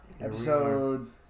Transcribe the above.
episode